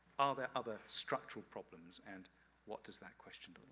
are there other structural problems and what does that question